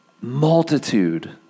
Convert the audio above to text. multitude